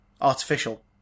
artificial